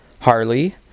Harley